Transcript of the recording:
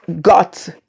got